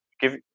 give